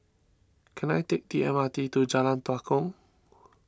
can I take the M R T to Jalan Tua Kong